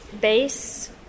base